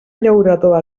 llaurador